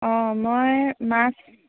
অঁ মই মাছ